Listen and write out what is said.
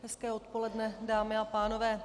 Hezké odpoledne, dámy a pánové.